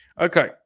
Okay